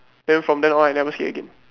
then from then on I never skate again